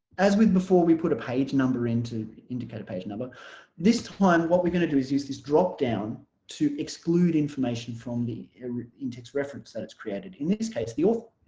as we've before we put a page number in to indicate a page number this one what we're going to do is use this drop-down to exclude information from the in-text reference that it's created in this case the author